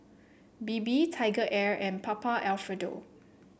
Bebe TigerAir and Papa Alfredo